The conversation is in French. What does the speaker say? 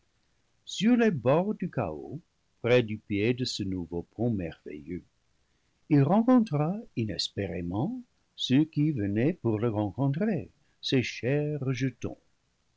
sur les bords du chaos près du pied de ce nouveau pont merveilleux il rencontra inespérément ceux qui venaient pour le rencontrer ses chers rejetons